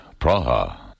Praha